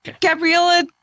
Gabriella